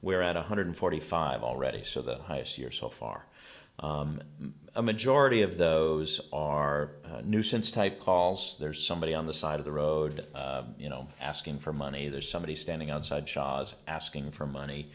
where at one hundred forty five already so the highest year so far a majority of those are new since type calls there's somebody on the side of the road you know asking for money there's somebody standing outside shahs asking for money